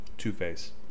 Two-Face